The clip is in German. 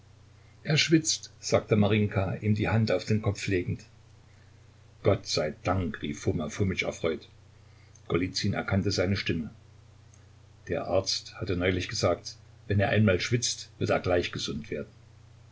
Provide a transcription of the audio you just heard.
er schwitzt sagte marinjka ihm die hand auf den kopf legend gott sei dank rief foma fomitsch erfreut golizyn erkannte seine stimme der arzt hatte neulich gesagt wenn er einmal schwitzt wird er gleich gesund werden